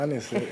מה אני אעשה?